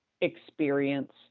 experience